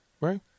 Right